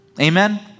Amen